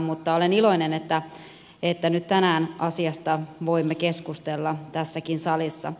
mutta olen iloinen että nyt tänään asiasta voimme keskustella tässäkin salissa